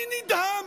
אני נדהם.